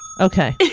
Okay